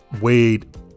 Wade